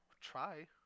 Try